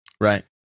Right